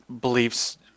beliefs